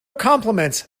compliments